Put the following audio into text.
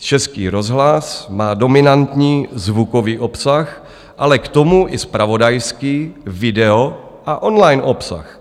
Český rozhlas má dominantní zvukový obsah, ale k tomu i zpravodajský video a online obsah.